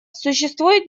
существует